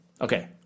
Okay